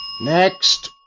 Next